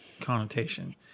connotation